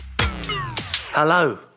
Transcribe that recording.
Hello